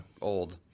old